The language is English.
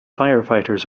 firefighters